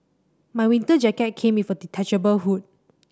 my winter jacket came with a detachable hood